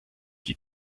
die